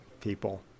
people